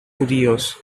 judíos